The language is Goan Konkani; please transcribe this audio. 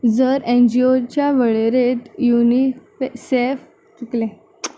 जर एन जी ओच्या वळेरेंत युनिसेफ चुकलें